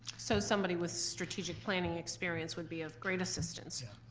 so somebody with strategic planning experience would be of great assistance. yeah.